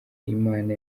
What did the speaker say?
imana